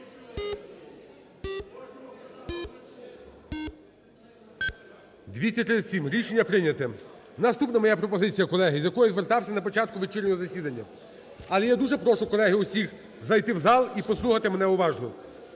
237. Рішення прийняте. Наступна моя пропозиція, колеги, з якою я звертався на початку вечірнього засідання. Але я дуже прошу, колеги, усіх зайти в зал і послухати мене уважно.